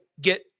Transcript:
get